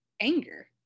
anger